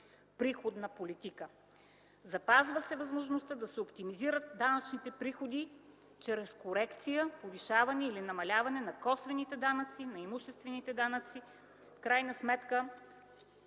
приходна политика. Запазва се възможността да се оптимизират данъчните приходи чрез корекция, повишаване или намаляване на косвените данъци, на имуществените данъци, в крайна сметка